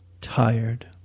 tired